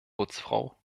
putzfrau